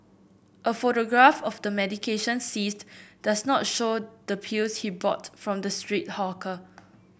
a photograph of the medication seized does not show the pills he bought from the street hawker